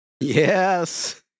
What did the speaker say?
Yes